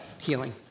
healing